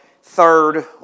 third